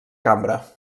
cambra